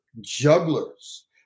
jugglers